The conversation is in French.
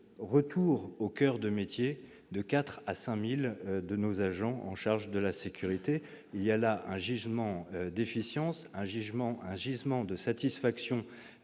...